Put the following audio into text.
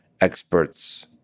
experts